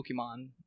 Pokemon